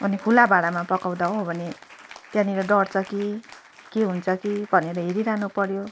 अनि खुल्ला भाँडामा पकाउँदा हो भने त्यहाँनिर डढ्छ कि के हुन्छ कि भनेर हेरिरहनु पर्यो